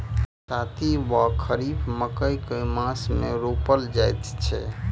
बरसाती वा खरीफ मकई केँ मास मे रोपल जाय छैय?